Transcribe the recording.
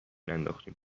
ننداختیم